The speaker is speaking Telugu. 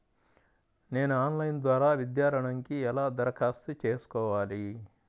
నేను ఆన్లైన్ ద్వారా విద్యా ఋణంకి ఎలా దరఖాస్తు చేసుకోవాలి?